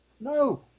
No